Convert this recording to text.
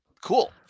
Cool